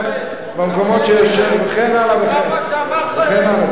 הגעת לירח במקומות, וכן הלאה וכן הלאה.